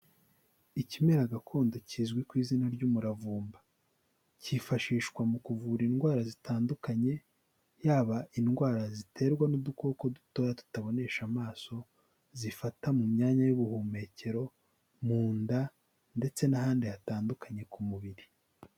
Ikimera gakondo kizwi ku izina ry'umuravumba, kifashishwa mu kuvura indwara zitandukanye, yaba indwara ziterwa n'udukoko dutoya tutabonesha amaso, zifata mu myanya y'ubuhumekero mu nda ndetse n'ahandi hatandukanye ku mubiri.